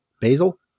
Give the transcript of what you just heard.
basil